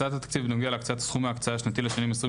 הצעת התקציב בנוגע להקצאת סכום ההקצאה השנתי לשנים 2023